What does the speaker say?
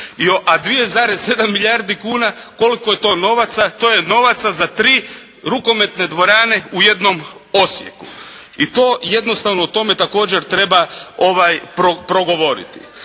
a 2,7 milijardi kuna koliko je to novaca? To je novaca za tri rukometne dvorane u jednom Osijeku. I to jednostavno o tome također treba progovoriti.